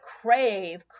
crave